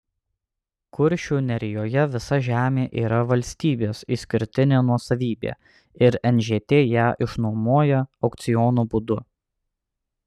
kuršių nerijoje visa žemė yra valstybės išskirtinė nuosavybė ir nžt ją išnuomoja aukciono būdu